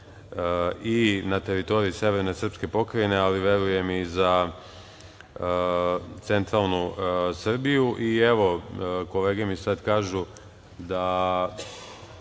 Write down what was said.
i na teritoriji severne srpske pokrajine, a verujem i za centralnu Srbiju. Kolege mi sad kažu –